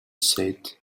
said